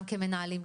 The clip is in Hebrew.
גם כמנהלים,